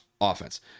offense